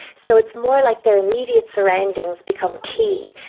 so it's more like their immediate surroundings become key,